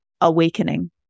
awakening